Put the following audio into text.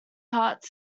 heart